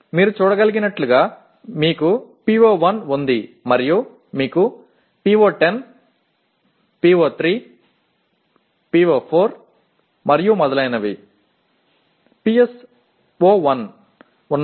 మీరు చూడగలిగినట్లుగా మీకు PO1 ఉంది మరియు మీకు PO10 PO3 PO4 మరియు మొదలైనవి PSO1 ఉన్నాయి